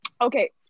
Okay